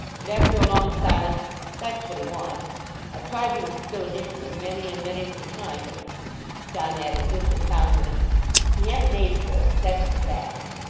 and after a long silence that's what he wants. i've tried to instil it into him, many and many's the time but' john added this in confidence he an't made for it that's the fact